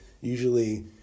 usually